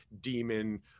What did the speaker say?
demon